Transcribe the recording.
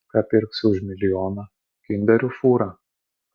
ką pirksi už milijoną kinderių fūrą